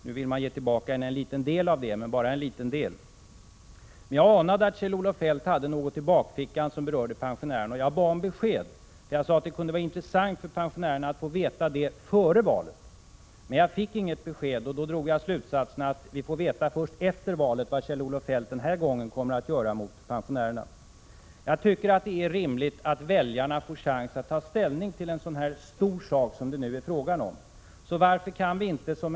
Nu vill man ge tillbaka en liten del. Jag anade att Kjell-Olof Feldt hade någonting i bakfickan som berörde pensionärerna. Jag bad om besked. Det kunde vara intressant för pensionärerna att få veta det före valet. Jag fick inget besked. Jag drog slutsatsen att vi först efter valet får veta vad Kjell-Olof Feldt gör den här gången mot pensionärerna. Jag tycker det är rimligt att väljarna får en chans att ta ställning till en så stor sak som det här är fråga om.